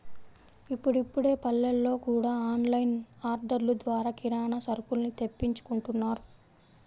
ఇప్పుడిప్పుడే పల్లెల్లో గూడా ఆన్ లైన్ ఆర్డర్లు ద్వారా కిరానా సరుకుల్ని తెప్పించుకుంటున్నారు